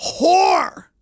whore